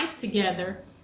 together –